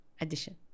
addition